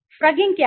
फ्रगिंग क्या है